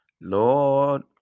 lord